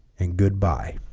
and goodbye